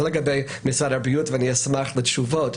זה לגבי משרד הבריאות, ואני אשמח לתשובות.